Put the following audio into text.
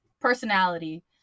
personality